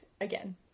again